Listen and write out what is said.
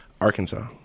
Arkansas